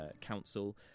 Council